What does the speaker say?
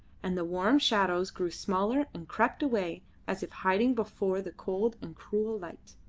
and the warm shadows grew smaller and crept away as if hiding before the cold and cruel light.